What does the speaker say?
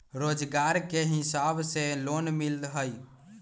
रोजगार के हिसाब से लोन मिलहई?